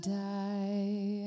die